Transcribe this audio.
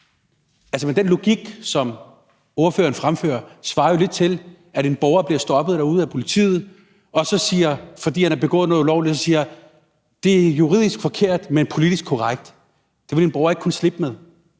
den logik, som ordføreren fremfører, svarer det jo lidt til, at en borger bliver stoppet derude af politiet og så siger, når han har begået noget ulovligt, at det er juridisk forkert, men politisk korrekt. Det ville en borger ikke kunne slippe med,